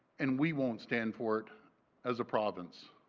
and we won't stand for it as a province.